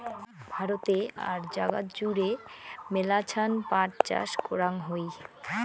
ভারতে আর জাগাত জুড়ে মেলাছান পাট চাষ করাং হই